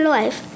life